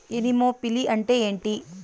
Anemophily అంటే ఏంటి?